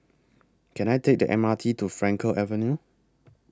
Can I Take The M R T to Frankel Avenue